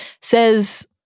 says